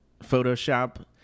Photoshop